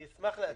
אני אשמח להציג.